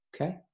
Okay